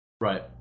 Right